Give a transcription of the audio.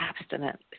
abstinent